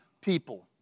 people